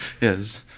Yes